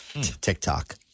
TikTok